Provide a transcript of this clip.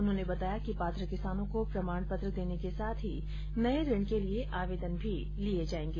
उन्होंने बताया कि पात्र किसानों को प्रमाण पत्र देने के साथ ही नये ऋण के लिये आवेदन भी लिया जायेगा